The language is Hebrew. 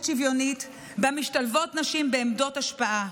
שוויונית שבה משתלבות נשים בעמדות השפעה.